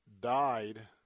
died